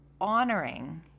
honoring